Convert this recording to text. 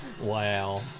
Wow